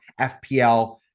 fpl